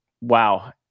Wow